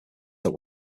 that